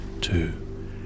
two